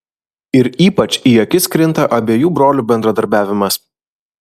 ir ypač į akis krinta abiejų brolių bendradarbiavimas